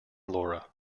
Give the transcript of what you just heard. laura